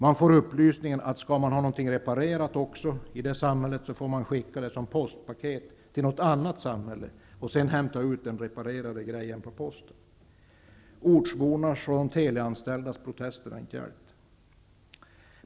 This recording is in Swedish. Man får upplysningen att om man skall ha något reparerat, får man skicka det som postpaket till något annat samhälle och sedan hämta ut den reparerade grejen på posten. Ortsbornas och de teleanställdas protester har inte hjälpt.